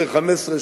10, 15 שנה.